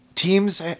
Teams